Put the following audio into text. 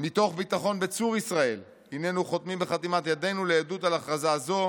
"מתוך ביטחון בצור ישראל הננו חותמים בחתימת ידינו לעדות על הכרזה זו,